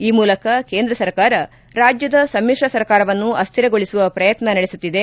ಈ ಮೂಲಕ ಕೇಂದ್ರ ಸರ್ಕಾರ ರಾಜ್ಯದ ಸಮಿತ್ರ ಸರ್ಕಾರವನ್ನು ಅಸ್ವಿರಗೊಳಿಸುವ ಪ್ರಯತ್ನ ನಡೆಸುತ್ತಿದೆ